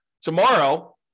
tomorrow